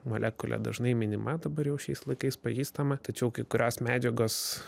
molekulė dažnai minima dabar jau šiais laikais pažįstama tačiau kai kurios medžiagos